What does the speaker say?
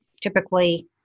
typically